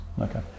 Okay